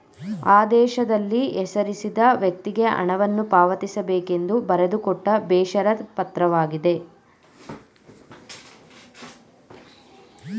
ಆದೇಶದಲ್ಲಿ ಹೆಸರಿಸಿದ ವ್ಯಕ್ತಿಗೆ ಹಣವನ್ನು ಪಾವತಿಸಬೇಕೆಂದು ಬರೆದುಕೊಟ್ಟ ಬೇಷರತ್ ಪತ್ರವಾಗಿದೆ